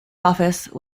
office